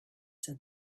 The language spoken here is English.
said